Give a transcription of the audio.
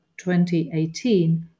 2018